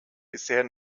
bisher